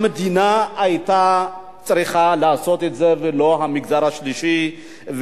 המדינה היתה צריכה לעשות את זה ולא המגזר השלישי,